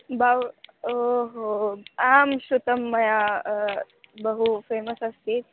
bow ओ हो आं श्रुतं मया बहु फ़ेमस् अस्ति